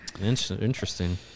Interesting